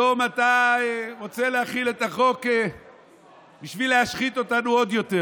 פתאום אתה רוצה להחיל את החוק בשביל להשחית אותנו עוד יותר.